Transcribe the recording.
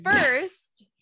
first